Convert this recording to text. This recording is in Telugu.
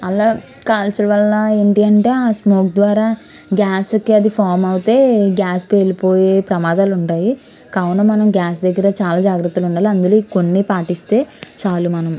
అలా కాల్చడం వల్ల ఏంటి అంటే ఆ స్మోక్ ద్వారా గ్యాస్కి అది ఫామ్ అయితే గ్యాస్ పేలిపోయే ప్రమాదాలు ఉంటాయి కావునా మనం గ్యాస్ దగ్గర చాలా జాగ్రత్తగా ఉండాలి అందులో కొన్ని పాటిస్తే చాలు మనం